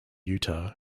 utah